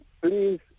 please